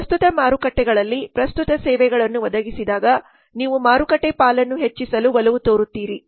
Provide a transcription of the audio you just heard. ಪ್ರಸ್ತುತ ಮಾರುಕಟ್ಟೆಗಳಲ್ಲಿ ಪ್ರಸ್ತುತ ಸೇವೆಗಳನ್ನು ಒದಗಿಸಿದಾಗ ನೀವು ಮಾರುಕಟ್ಟೆ ಪಾಲನ್ನು ಹೆಚ್ಚಿಸಲು ಒಲವು ತೋರುತ್ತೀರಿ